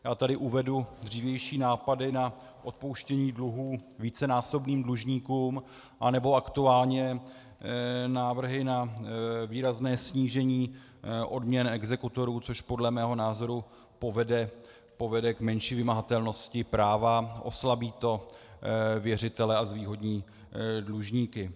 Já tady uvedu dřívější nápady na odpouštění dluhů vícenásobným dlužníkům nebo aktuálně návrhy na výrazné snížení odměn exekutorů, což podle mého názoru povede k menší vymahatelnosti práva, oslabí to věřitele a zvýhodní dlužníky.